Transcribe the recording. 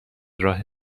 راه